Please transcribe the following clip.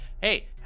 Hey